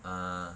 ah